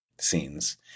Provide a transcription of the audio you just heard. scenes